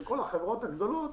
של כל החברות הגדולות.